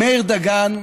מאיר דגן,